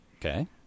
Okay